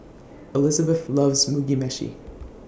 Elizebeth loves Mugi Meshi